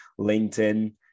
LinkedIn